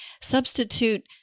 substitute